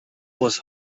was